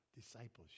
discipleship